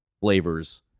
flavors